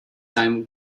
time